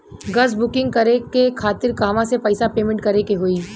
Gas booking करे के खातिर कहवा से पैसा पेमेंट करे के होई?